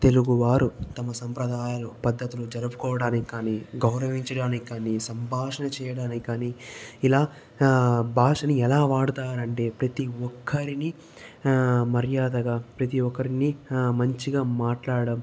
తెలుగు వారు తమ సంప్రదాయాలు పద్ధతులు జరుపుకోవడానికి కానీ గౌరవించడానికి కానీ సంభాషణ చేయ డానికి కానీ ఇలా భాషను ఎలా వాడుతారంటే ప్రతీ ఒక్కరిని మర్యాదగా ప్రతీ ఒక్కరిని మంచిగా మాట్లాడడం